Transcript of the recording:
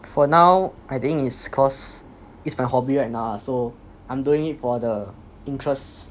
for now I think it's cause it's my hobby right now so I'm doing it for the interest